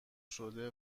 شده